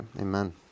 amen